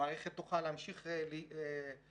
המערכת תוכל להמשיך להתקיים.